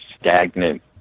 stagnant